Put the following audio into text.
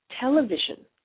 television